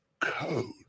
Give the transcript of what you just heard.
code